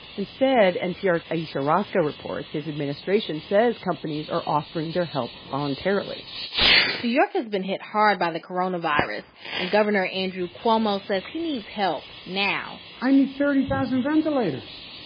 instead, npr's ayesha rascoe reports his administration says companies are offering their help voluntarily new york has been hit hard by the coronavirus and governor andrew cuomo says he needs help now i need thirty thousand ventilators.